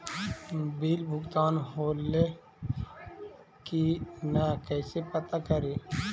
Bill भुगतान होले की न कैसे पता करी?